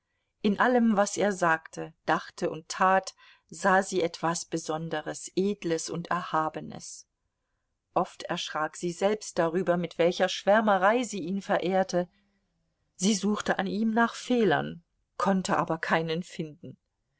in allem was er sagte dachte und tat sah sie etwas besonders edles und erhabenes oft erschrak sie selbst darüber mit welcher schwärmerei sie ihn verehrte sie suchte an ihm nach fehlern konnte aber keinen finden